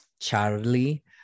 Charlie